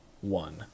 one